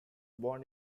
born